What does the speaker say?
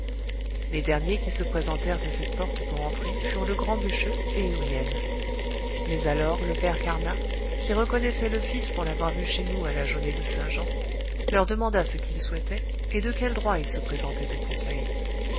les derniers qui se présentèrent à cette porte pour entrer furent le grand bûcheux et huriel mais alors le père carnat qui reconnaissait le fils pour l'avoir vu chez nous à la jaunée de saint-jean leur demanda ce qu'ils souhaitaient et de quel droit ils se présentaient au conseil